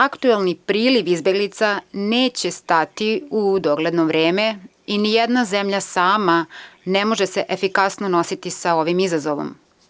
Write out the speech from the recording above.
Aktuelni priliv izbeglica neće stati u dogledno vreme i nijedna zemlja sama ne može se efikasno nositi sa ovim izazovom.